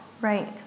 Right